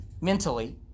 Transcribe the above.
mentally